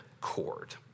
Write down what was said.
cord